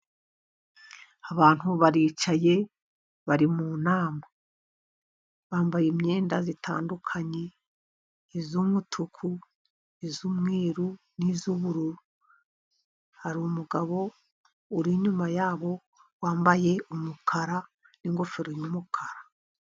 Abantu baricaye bari mu nama bambaye imyenda itandukanye iy'umutuku iy'umweru n'iy'ubururu. Hari umugabo uri inyuma yabo wambaye umukara n'ingofero y'umukara.